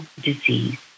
disease